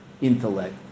intellect